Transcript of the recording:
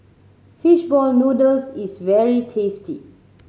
fish ball noodles is very tasty